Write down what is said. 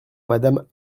madame